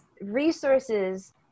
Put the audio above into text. resources